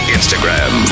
Instagram